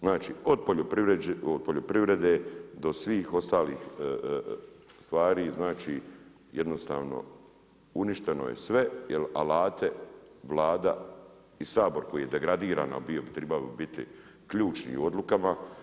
Znači od poljoprivrede do svih ostalih stvari znači, jednostavno uništeno je sve, jer alate Vlada i Sabor koji je degradiran bio trebao biti ključni u odlukama.